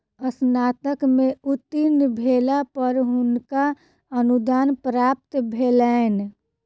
स्नातक में उत्तीर्ण भेला पर हुनका अनुदान प्राप्त भेलैन